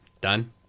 Done